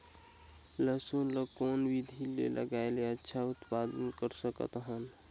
लसुन ल कौन विधि मे लगाय के अच्छा उत्पादन कर सकत हन?